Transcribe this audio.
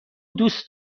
دوست